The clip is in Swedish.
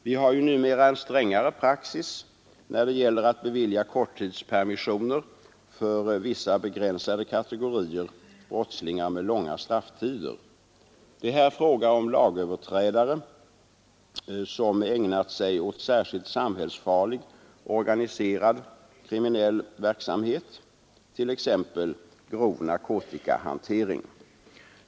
Vi har ju numera en strängare praxis när det gäller att bevilja korttidspermissioner för vissa begränsade kategorier brottslingar med långa strafftider. Det är här fråga om lagöverträdare som ägnat sig åt särskilt samhällsfarlig, organiserad kriminell verksamhet, t.ex. grov narkotikahantering.